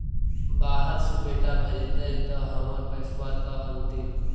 बाहर से बेटा भेजतय त हमर पैसाबा त अंतिम?